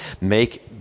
make